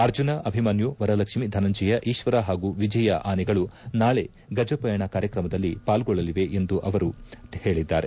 ಅರ್ಜುನ ಅಭಿಮನ್ನು ವರಲಕ್ಷ್ಮೀ ಧನಂಜಯ ಈಶ್ವರ ಹಾಗೂ ವಿಜಯ ಆನೆಗಳು ನಾಳೆ ಗಜಪಯಣ ಕಾರ್ಯಕ್ರಮದಲ್ಲಿ ಪಾಲ್ಗೊಳ್ಳಲಿವೆ ಎಂದು ಅವರು ಹೇಳಿದ್ದಾರೆ